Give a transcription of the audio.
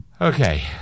Okay